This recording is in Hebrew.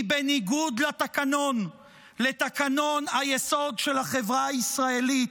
בניגוד לתקנון היסוד של החברה הישראלית.